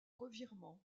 revirement